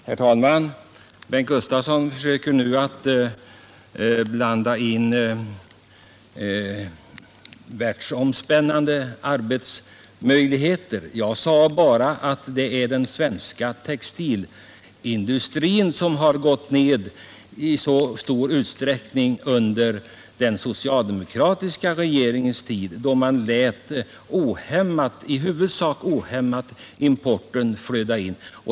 Herr talman! Bengt Gustavsson försöker nu att blanda in förändringarna på detta område utanför vårt land. Jag sade bara att den svenska textilindustrin har minskat i omfattning under den socialdemokratiska regeringens tid då man lät importen omhämmat flöda in.